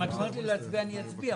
אני אצביע.